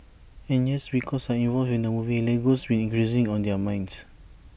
and yes because I'm involved in the movie Lego's been increasingly on their minds